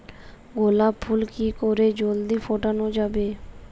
গোলাপ ফুল কি করে জলদি ফোটানো যাবে?